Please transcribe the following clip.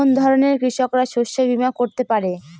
কোন ধরনের কৃষকরা শস্য বীমা করতে পারে?